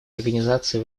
организации